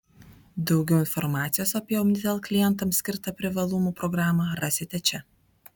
daugiau informacijos apie omnitel klientams skirtą privalumų programą rasite čia